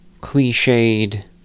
cliched